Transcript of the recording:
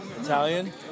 Italian